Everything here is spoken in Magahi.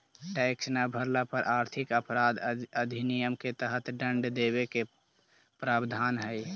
टैक्स न भरला पर आर्थिक अपराध अधिनियम के तहत दंड देवे के प्रावधान हई